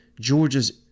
Georgia's